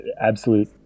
Absolute